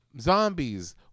zombies